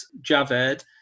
Javed